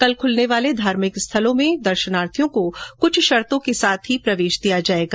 कल खुलने वाले धार्मिक स्थलों में दर्शनार्थियों को कुछ शर्तों के साथ ही प्रवेश दिया जायेगा